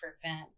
prevent